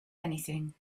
anything